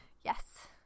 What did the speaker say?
Yes